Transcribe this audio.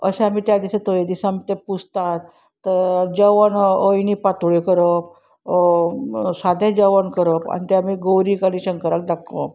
अशें आमी त्या दिसा तये दिसा आमी ते पुजतात जेवण अयणी पातोळ्यो करप सादें जेवण करप आनी ते आमी गौरीक आनी शंकराक दाखोवप